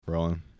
rolling